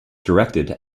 directed